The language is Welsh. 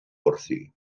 wrthi